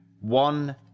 One